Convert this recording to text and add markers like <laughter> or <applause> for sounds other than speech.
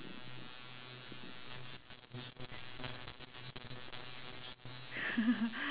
<laughs>